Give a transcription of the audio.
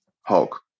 Hulk